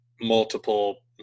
multiple